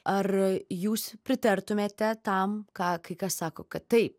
ar jūs pritartumėte tam ką kai kas sako kad tai